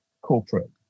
corporate